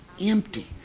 empty